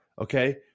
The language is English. Okay